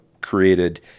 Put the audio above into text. created